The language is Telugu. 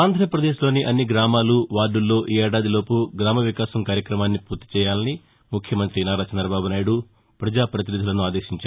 ఆంధ్రప్రదేశ్లోని అన్ని గ్రామాలు వార్డుల్లో ఈ ఏడాదిలోపు గ్రామ వికాసం కార్యక్రమాన్ని పూర్తి చేయాలని ముఖ్యమంతి నారా చంద్రబాబు నాయుడు ప్రజాపతినిధులను ఆదేశించారు